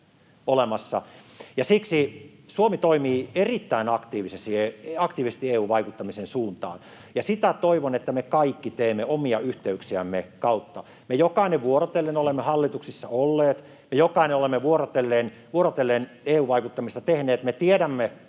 siksi Suomi toimii erittäin aktiivisesti EU-vaikuttamisen suuntaan. Ja toivon, että sitä me kaikki teemme omien yhteyksiemme kautta. Me jokainen vuorotellen olemme hallituksissa olleet, me jokainen olemme vuorotellen EU-vaikuttamista tehneet, me tiedämme,